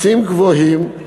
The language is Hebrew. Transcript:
מסים גבוהים,